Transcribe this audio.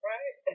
Right